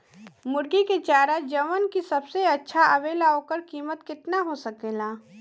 मुर्गी के चारा जवन की सबसे अच्छा आवेला ओकर कीमत केतना हो सकेला?